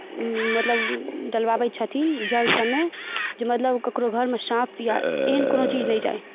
मतलब डलवाबै छथिन जल सभमे जे मतलब ककरहु घरमे साँप या एहन कोनो चीज नहि जाय